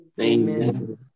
Amen